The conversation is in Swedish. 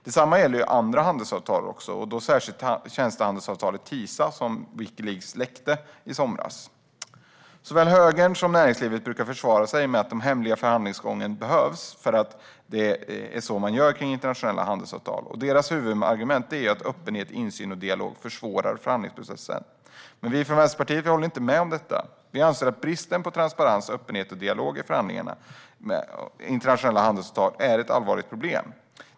Detsamma gäller andra handelsavtal, särskilt tjänstehandelsavtalet TISA, som Wikileaks läckte i somras. Såväl högern som näringslivet brukar försvara sig med att den hemliga förhandlingsgången behövs, för det är så man gör med internationella handelsavtal. Deras huvudargument är att öppenhet, insyn och dialog försvårar förhandlingsprocessen. Vänsterpartiet håller inte med om det. Vi anser att bristen på transparens, öppenhet och dialog i förhandlingarna om internationella handelsavtal är ett allvarligt problem.